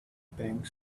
bank